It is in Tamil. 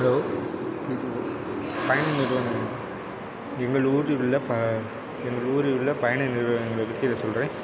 ஹலோ பயண நிறுவனங்கள் எங்கள் ஊரில் உள்ள எங்கள் ஊரில் உள்ள பயண நிறுவனங்கள் பற்றி இது சொல்கிறேன்